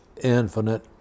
infinite